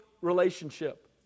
relationship